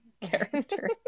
character